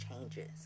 changes